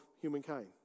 humankind